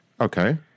Okay